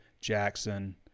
Jackson